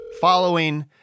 Following